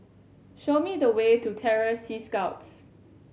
show me the way to Terror Sea Scouts